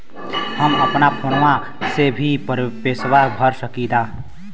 हम अपना फोनवा से ही पेसवा भर सकी ला?